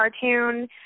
cartoon